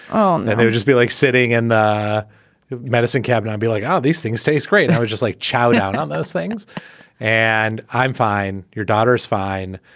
and and they would just be like sitting in the medicine cabinet. i'd be like, oh, these things taste great. and i was just like, chow down on those things and i'm fine. your daughter's fine.